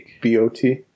B-O-T